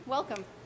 Welcome